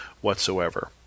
whatsoever